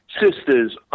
sisters